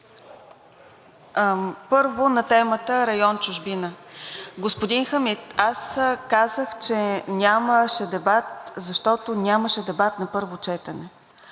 Първо на темата район „Чужбина“. Господин Хамид, аз казах, че нямаше дебат, защото нямаше дебат на първо четене.